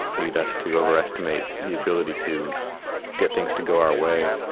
lead us to overestimate the ability to get things to go our way,